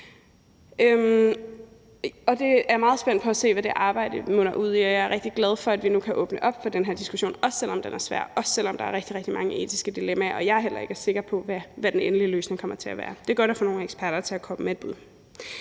Jeg er meget spændt på at se, hvad det arbejde munder ud i, og jeg er rigtig glad for, at vi nu kan åbne op for den her diskussion, også selv om den er svær, og også selv om der er rigtig, rigtig mange etiske dilemmaer, og jeg er heller ikke sikker på, hvad den endelige løsning kommer til at være. Det er godt at få nogle eksperter til at komme med et